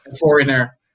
foreigner